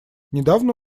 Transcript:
недавно